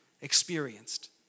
experienced